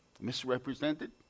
misrepresented